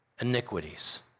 iniquities